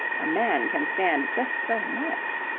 a man can stand just so much.